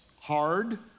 hard